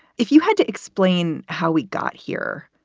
if you had to explain how we got here,